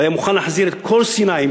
הוא היה מוכן להחזיר את כל סיני,